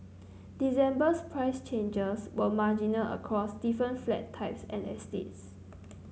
December's price changes were marginal across different flat types and estates